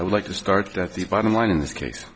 would like to start at the bottom line in this case